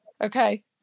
Okay